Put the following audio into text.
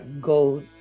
go